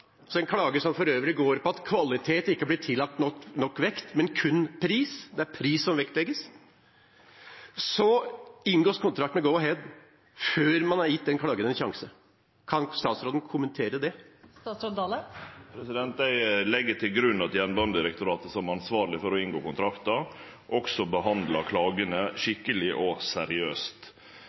klage som for øvrig går på at kvalitet ikke er tillagt nok vekt, det er kun pris som vektlegges – inngås det kontrakt med Go-Ahead. Kan statsråden kommentere det? Eg legg til grunn at Jernbanedirektoratet, som er ansvarleg for å inngå kontraktar, også behandlar klagene skikkeleg og seriøst.